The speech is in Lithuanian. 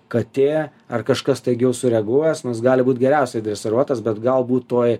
katė ar kažkas staigiau sureaguos nes gali būt geriausiai dresiruotas bet galbūt toj